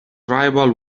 tribal